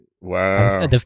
Wow